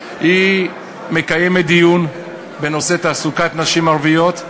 היא מקיימת דיון בנושא תעסוקת נשים ערביות,